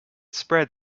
spread